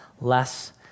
less